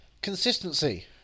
Consistency